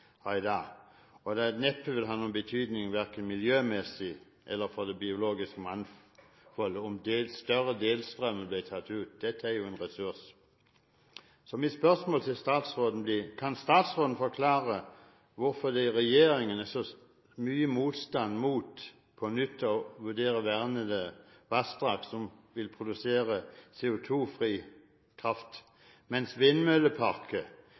vil neppe ha noen betydning – verken miljømessig eller for det biologiske mangfoldet – om større delstrømmer blir tatt ut. Dette er en ressurs. Så mitt spørsmål til statsråden blir: Kan statsråden forklare hvorfor det i regjeringen er så mye motstand mot på nytt å vurdere vernede vassdrag, som vil produsere CO2-fri kraft, mens vindmølleparker